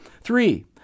Three